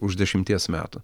už dešimties metų